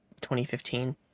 2015